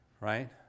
Right